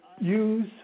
use